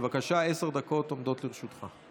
בבקשה, עשר דקות עומדות לרשותך.